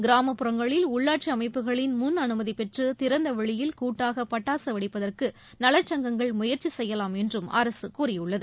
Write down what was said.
கிராமப்புறங்களில் உள்ளாட்சி அமைப்புகளின் முன் அனுமதி பெற்று திறந்த வெளியில் கூட்டாக பட்டாசு வெடிப்பதற்கு நலச்சங்கங்கள் முயற்சி செய்யலாம் என்றும் அரசு கூறியுள்ளது